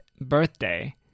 birthday